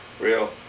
real